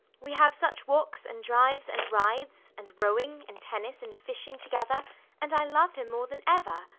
we have such walks and drives, and rides, and rowing, and tennis, and fishing together and i love him more than ever.